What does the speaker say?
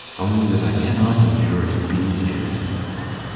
only that i cannot endure to be here any more.